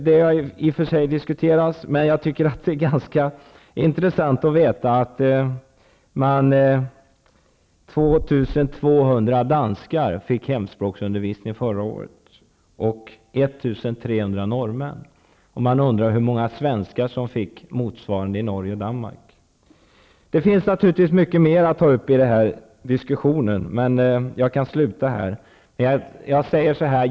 Det diskuteras i och för sig, men det är ganska intressant att veta att förra året fick 2 200 danskar och 1 300 norrmän hemspråksundervisning. Man undrar hur många svenskar som fick motsvarande undervisning i Norge och Danmark. Det finns naturligtvis mycket mera som man skulle kunna ta upp i den här diskussionen, men jag kan sluta här.